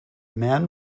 men